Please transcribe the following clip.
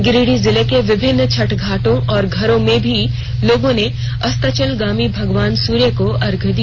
गिरिडीह जिले के विभिन्न छठ घाटों और घरों में भी लोगों ने अस्तलचगामी भगवान सूर्य को अर्घ्य दिया